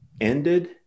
ended